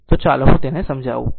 તો ચાલો હું તેને સમજાવું